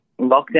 lockdown